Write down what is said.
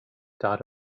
dot